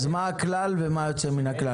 מה הכלל ומה היוצא מן הכלל?